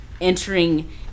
entering